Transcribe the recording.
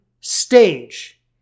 stage